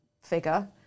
figure